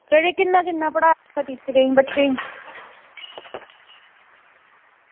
ते किन्ना किन्ना पढ़ाऽ दा टीचरें बच्चें ई